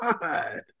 God